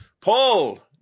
Paul